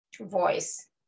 voice